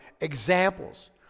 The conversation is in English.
examples